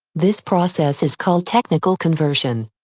this process is called technical conversion.